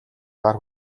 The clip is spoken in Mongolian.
гар